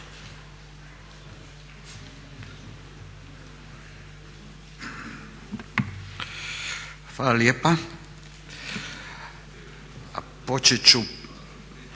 Hvala lijepa. Počet ću